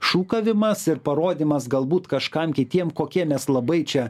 šūkavimas ir parodymas galbūt kažkam kitiem kokie mes labai čia